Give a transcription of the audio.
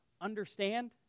understand